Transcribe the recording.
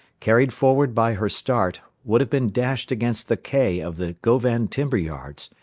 carried forward by her start, would have been dashed against the quay of the govan timber-yards,